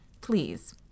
Please